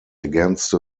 against